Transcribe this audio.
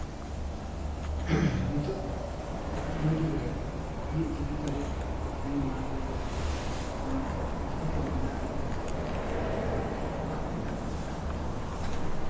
ᱱᱤᱛᱚᱜ ᱱᱚᱣᱟ ᱡᱩᱜᱽᱨᱮ ᱤᱧᱟᱹᱜ ᱡᱤᱵᱤᱠᱟ ᱫᱚ ᱱᱤᱭᱟᱹ ᱢᱟᱲᱟᱝ ᱨᱮᱫᱚ ᱢᱟᱱᱮ ᱡᱤᱵᱤᱠᱟ ᱫᱚ ᱢᱮᱱᱟᱜᱼᱟ ᱡᱟᱦᱟᱸ ᱫᱚ ᱚᱲᱟᱜ ᱵᱮᱱᱟᱣ ᱚᱲᱟᱜ ᱠᱟᱴᱷᱟᱢᱳ